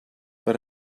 per